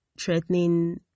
threatening